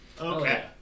Okay